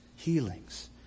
healings